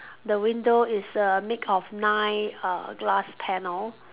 the window is err make of nine uh glass panel